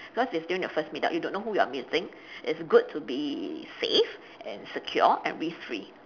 cause it's during your first meet up you don't know you're meeting it's good to be safe and secure and risk free